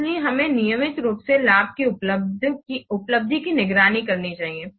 इसलिए हमें नियमित रूप से लाभ की उपलब्धि की निगरानी करनी चाहिए